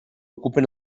ocupen